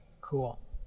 cool